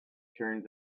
turns